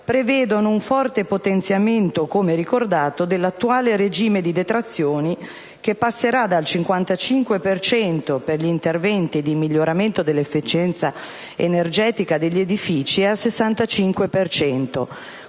prevedono un forte potenziamento, come ricordato, dell'attuale regime di detrazioni, che passerà dal 55 per cento, per gli interventi di miglioramento dell'efficienza energetica degli edifici, al 65